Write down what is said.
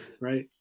right